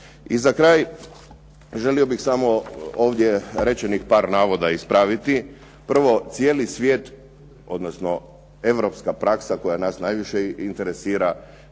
I za kraj, želio bih ovdje rečenih par navoda ispraviti. Prvo, cijeli svijet, odnosno europska praksa koja nas najviše interesira,